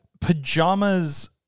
pajamas